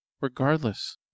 Regardless